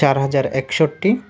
চার হাজার একষট্টি